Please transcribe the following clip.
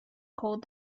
called